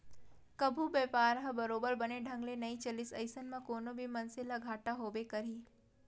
कभू बयपार ह बरोबर बने ढंग ले नइ चलिस अइसन म कोनो भी मनसे ल घाटा होबे करही